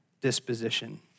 disposition